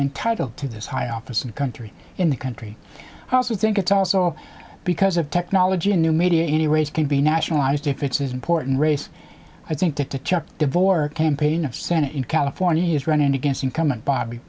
entitled to this high office and country in the country i also think it's also because of technology and new media any race can be nationalized if it's as important race i think to chuck de vore campaign of senate in california is running against incumbent bobby